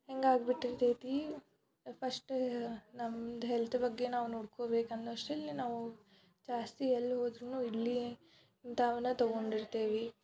ಹೆಂಗಾಗಿಬಿಟ್ಟಿರ್ತೈತಿ first ನಮ್ಮದು health ಬಗ್ಗೆ ನಾವು ನೋಡ್ಕೊಬೇಕು ಅನ್ನುವಷ್ಟರಲ್ಲಿ ನಾವು ಜಾಸ್ತಿ ಎಲ್ಲಿ ಹೋದ್ರೂ ಇಡ್ಲಿ ಇಂಥವನ್ನೇ ತಗೊಂಡಿರ್ತೇವೆ